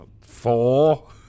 Four